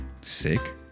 sick